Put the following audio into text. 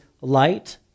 light